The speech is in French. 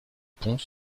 pont